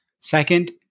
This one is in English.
Second